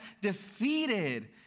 defeated